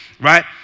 right